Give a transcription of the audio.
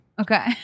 Okay